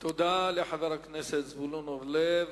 לחבר הכנסת זבולון אורלב.